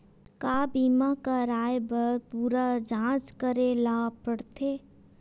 का बीमा कराए बर पूरा जांच करेला पड़थे?